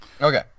Okay